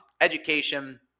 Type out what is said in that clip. education